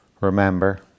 Remember